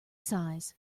size